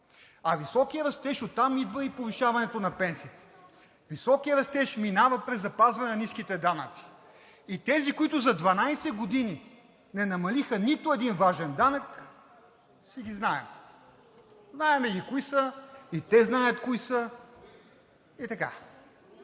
с високия растеж идва и повишаването на пенсиите. Високият растеж минава през запазване на ниските данъци и тези, които за 12 години не намалиха нито един важен данък, и ги знаем. Знаем кои са и те знаят кои са, и така.